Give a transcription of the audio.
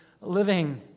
living